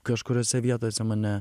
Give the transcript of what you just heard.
kažkuriose vietose mane